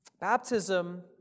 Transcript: Baptism